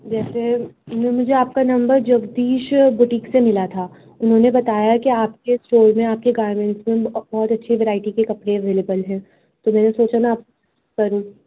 جیسے یہ مجھے آپ کا نمبر جگدیش بوٹیک سے ملا تھا انہوں نے بتایا کہ آپ کے اسٹور میں آپ کے گارمنٹس میں بہت اچھی ورائٹی کے کپڑے اویلیبل ہیں تو میں نے سوچا میں آپ کروں